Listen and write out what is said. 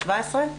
2017?